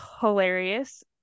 hilarious